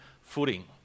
footing